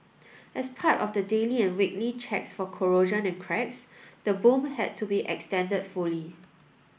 as part of the daily and weekly checks for corrosion and cracks the boom had to be extended fully